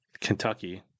Kentucky